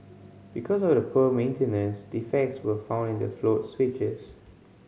because of the poor maintenance defects were found in the float switches